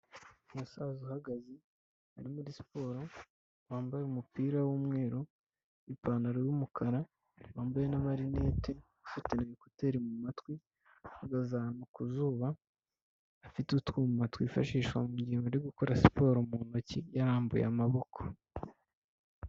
Umusaza uhagaze ari muri siporo, wambaye umupira w'umweru n'ipantaro y'umukara, wambaye n'amarinete, afite ekuteri mu matwi, ahagaze ahantu ku zuba, afite utwuma twifashishwa mu mugihe bari gukora siporo mu ntoki, yarambuye amaboko.